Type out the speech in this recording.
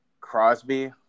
Crosby